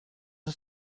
ist